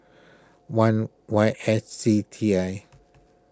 one Y S C T I